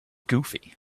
goofy